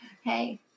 Hey